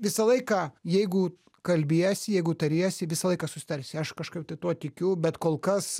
visą laiką jeigu kalbiesi jeigu tariesi visą laiką susitarsi aš kažkaip tai tuo tikiu bet kol kas